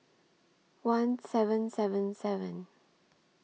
one seven seven seven